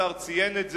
השר ציין את זה.